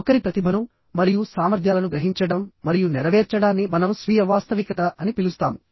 ఒకరి ప్రతిభను మరియు సామర్థ్యాలను గ్రహించడం మరియు నెరవేర్చడాన్ని మనం స్వీయ వాస్తవికత అని పిలుస్తాము